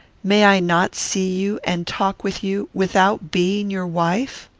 may i not see you, and talk with you, without being your wife?